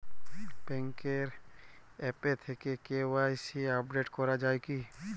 ব্যাঙ্কের আ্যপ থেকে KYC update করা যায় কি?